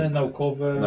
naukowe